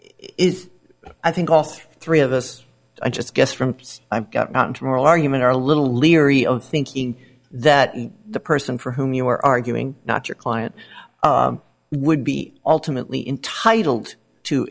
is i think off three of us i just guess from i've gotten from oral argument are a little leery of thinking that the person for whom you are arguing not your client would be ultimately intitled to